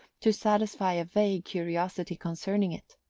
to satisfy a vague curiosity concerning it.